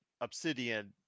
obsidian